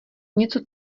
něco